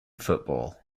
football